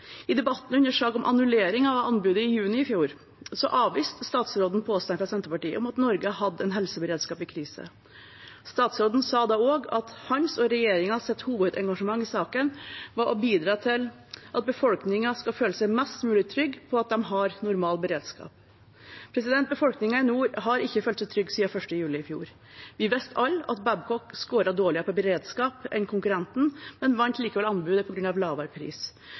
I debatten under en sak om annullering av anbudet i juni i fjor avviste statsråden påstanden fra Senterpartiet om at Norge hadde en helseberedskap i krise. Statsråden sa også at hans og regjeringens hovedengasjement i saken var å bidra til at befolkningen skulle føle seg mest mulig trygg på at de har normal beredskap. Befolkningen i nord har ikke følt seg trygg siden 1. juli i fjor. Vi visste alle at Babcock skåret dårligere på beredskap enn konkurrenten, men likevel vant anbudet på grunn av lavere pris.